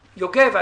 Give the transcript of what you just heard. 12:00.